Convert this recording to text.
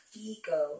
ego